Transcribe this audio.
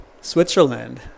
switzerland